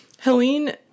Helene